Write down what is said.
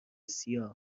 cia